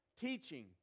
Teaching